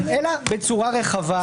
אלא בצורה רחבה.